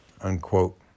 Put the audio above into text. unquote